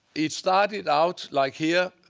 it started out like here,